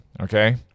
okay